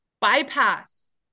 bypass